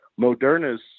Moderna's